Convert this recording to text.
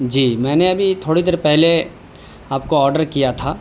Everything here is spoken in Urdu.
جی میں نے ابھی تھوڑی دیر پہلے آپ کو آڈر کیا تھا